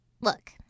Look